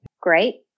Great